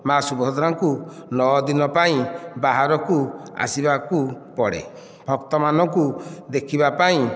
ମା ସୁଭଦ୍ରାଙ୍କୁ ନଅଦିନ ପାଇଁ ବାହାରକୁ ଆସିବାକୁ ପଡ଼େ ଭକ୍ତମାନଙ୍କୁ ଦେଖିବା ପାଇଁ